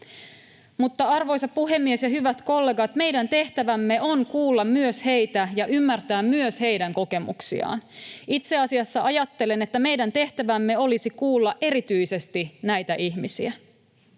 Mutta, arvoisa puhemies ja hyvät kollegat, meidän tehtävämme on kuulla myös heitä ja ymmärtää myös heidän kokemuksiaan. Itse asiassa ajattelen, että meidän tehtävämme olisi kuulla erityisesti näitä ihmisiä.